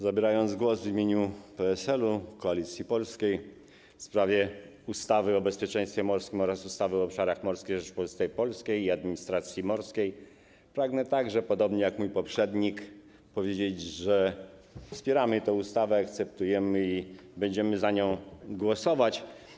Zabierając głos w imieniu PSL, Koalicji Polskiej w sprawie ustawy o zmianie ustawy o bezpieczeństwie morskim oraz ustawy o obszarach morskich Rzeczypospolitej Polskiej i administracji morskiej, pragnę także, podobnie jak mój poprzednik, powiedzieć, że wspieramy i akceptujemy tę ustawę i będziemy za nią głosować.